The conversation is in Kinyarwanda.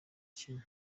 kenya